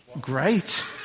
Great